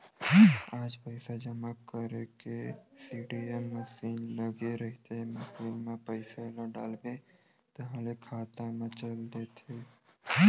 आज पइसा जमा करे के सीडीएम मसीन लगे रहिथे, मसीन म पइसा ल डालबे ताहाँले खाता म चल देथे